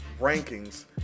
rankings